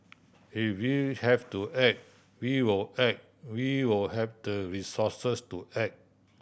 if we have to act we will act we will have the resources to act